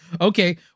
Okay